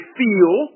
feel